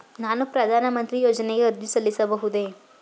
ನಾನು ಪ್ರಧಾನ ಮಂತ್ರಿ ಯೋಜನೆಗೆ ಅರ್ಜಿ ಸಲ್ಲಿಸಬಹುದೇ?